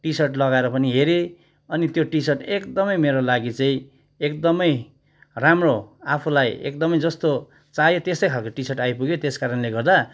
T shirt लगाएर पनि हेरेँ अनि त्यो टी सर्ट एकदमै मेरो लागि चाहिँ एकदमै राम्रो आफूलाई एकदमै जस्तो चाह्यो त्यस्तै खालको टी सर्ट आइपुग्यो त्यस कारणले गर्दा